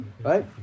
Right